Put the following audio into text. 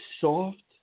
soft